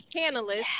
panelist